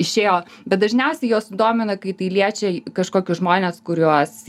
išėjo bet dažniausiai juos sudomina kai tai liečia kažkokius žmones kuriuos